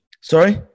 Sorry